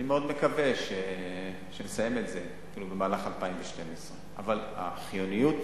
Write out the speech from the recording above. אני מאוד מקווה שנסיים את זה במהלך 2012. החיוניות